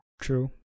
True